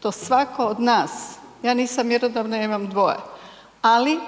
to svatko od nas, ja nisam mjerodavna, ja imam dvoje ali